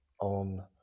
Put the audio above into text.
on